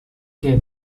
que